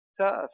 tough